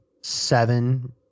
seven